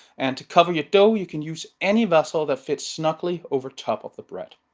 and to cover your dough you can use any vessel that fits snugly over top of the bread,